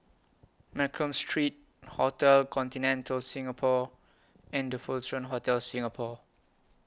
Mccallum Street Hotel Continental Singapore and The Fullerton Hotel Singapore